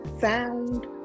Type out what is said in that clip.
sound